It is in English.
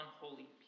unholy